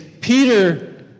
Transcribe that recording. Peter